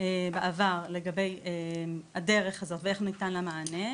בחינות לחלופות בעבר לגבי הדרך ואיך ניתן לה מענה.